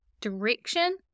direction